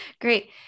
Great